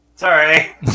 Sorry